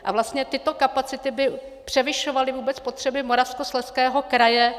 A vlastně tyto kapacity by převyšovaly vůbec potřeby Moravskoslezského kraje.